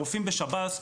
הרופאים בשב"ס,